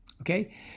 okay